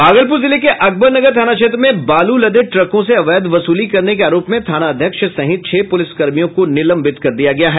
भागलपुर जिले के अकबरनगर थाना क्षेत्र में बालू लदे ट्रकों से अवैध वसूली करने के आरोप में थानाध्यक्ष सहित छह पुलिसकर्मियों को निलंबित कर दिया गया है